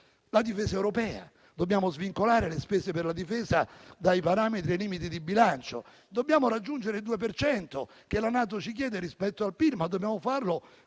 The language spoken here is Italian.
difesa europea, dobbiamo svincolare le spese per la difesa dai parametri e dai limiti di bilancio. Dobbiamo raggiungere il 2 per cento che la NATO ci chiede rispetto al PIL, ma dobbiamo farlo